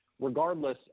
regardless